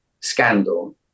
scandal